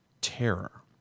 Terror